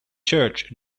church